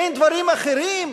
אין דברים אחרים?